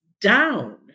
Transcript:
down